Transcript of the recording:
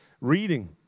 reading